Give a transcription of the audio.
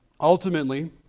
Ultimately